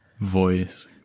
voice